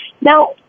Now